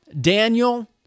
Daniel